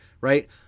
right